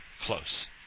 close